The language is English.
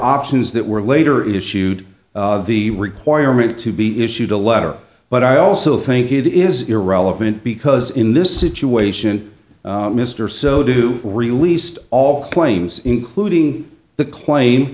options that were later issued the requirement to be issued a letter but i also think it is irrelevant because in this situation mr so do released all claims including the claim